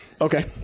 Okay